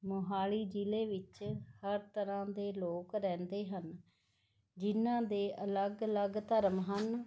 ਮੋਹਾਲੀ ਜ਼ਿਲ੍ਹੇ ਵਿੱਚ ਹਰ ਤਰ੍ਹਾਂ ਦੇ ਲੋਕ ਰਹਿੰਦੇ ਹਨ ਜਿਨ੍ਹਾਂ ਦੇ ਅਲੱਗ ਅਲੱਗ ਧਰਮ ਹਨ